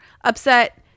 upset